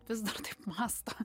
vis dar taip mąsto